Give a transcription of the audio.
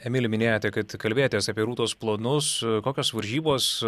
emili minėjote kad kalbėjotės apie rūtos planus kokios varžybos